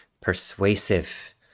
persuasive